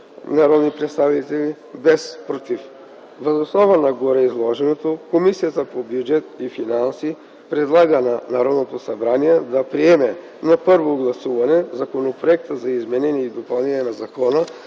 народни представители, без „против”. Въз основа на гореизложеното Комисията по бюджет и финанси предлага на Народното събрание да приеме на първо гласуване Законопроекта за изменение и допълнение на Закона